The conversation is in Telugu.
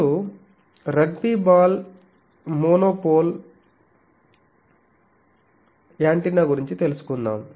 ఇప్పుడు రగ్బీ బాల్ మోనోపోల్ యాంటెన్నాగురించి తెలుసుకుందాం